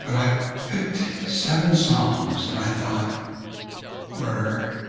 but i picked seven psalms that i thought were,